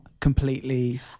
completely